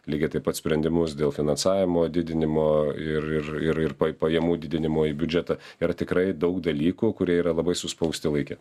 lygiai taip pat sprendimus dėl finansavimo didinimo ir ir ir ir pajamų didinimo į biudžetą yra tikrai daug dalykų kurie yra labai suspausti laike